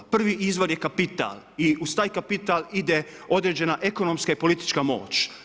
Prvi izvor je kapital i uz taj kapital ide određena ekonomska i politička moć.